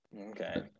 Okay